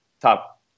top